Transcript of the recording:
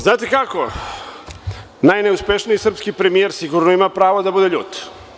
Znate kako, najneuspešniji srpski premijer sigurno ima pravo da bude ljut.